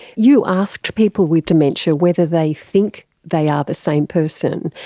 you asked people with dementia whether they think they are the same person.